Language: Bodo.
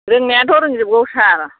रोंनायाथ' रोंजोबगौ सार